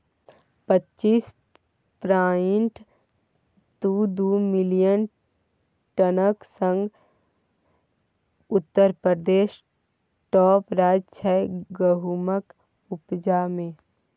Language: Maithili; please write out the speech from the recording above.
पच्चीस पांइट दु दु मिलियन टनक संग उत्तर प्रदेश टाँप राज्य छै गहुमक उपजा मे